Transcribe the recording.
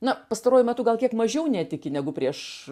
na pastaruoju metu gal kiek mažiau netiki negu prieš